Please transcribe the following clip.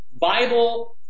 Bible